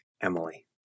Emily